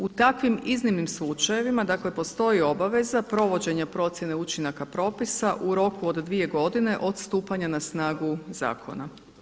U takvim iznimnim slučajevima postoji obaveza provođenja procjene učinaka propisa u roku od dvije godine od stupanja na snagu zakona.